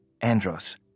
Andros